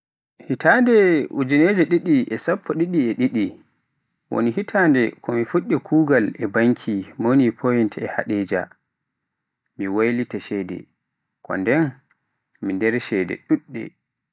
hitande ujinere didi e shappande didi e didi woni hitande ko mi fuɗɗi kuugal e banke Moniepoint e Hadejia, mi waylita cede, kondeye mi nder cede ɗuɗɗe.